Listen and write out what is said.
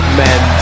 men